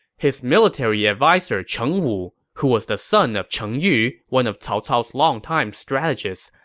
his military adviser cheng wu, who was the son of cheng yu, one of cao cao's longtime strategists,